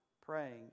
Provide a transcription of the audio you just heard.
praying